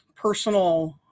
personal